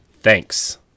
Thanks